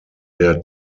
der